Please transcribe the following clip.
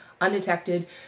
undetected